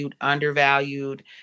undervalued